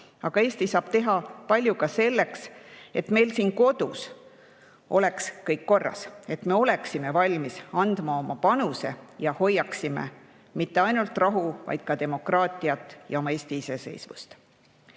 Aga Eesti saab palju ära teha ka selleks, et meil siin kodus oleks kõik korras, et me oleksime valmis andma oma panuse ja hoiaksime mitte ainult rahu, vaid ka demokraatiat ja oma Eesti iseseisvust.